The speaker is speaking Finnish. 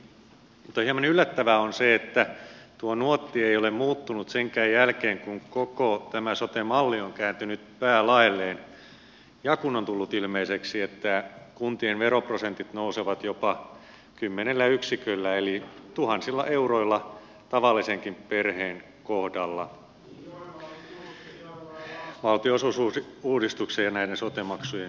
mutta hieman yllättävää on se että tuo nuotti ei ole muuttunut senkään jälkeen kun koko tämä sote malli on kääntynyt päälaelleen ja kun on tullut ilmeiseksi että kuntien veroprosentit nousevat jopa kymmenellä yksiköllä eli tuhansilla euroilla tavallisenkin perheen kohdalla valtionosuusuudistuksien ja näiden sote maksujen myötä